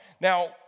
Now